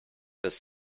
this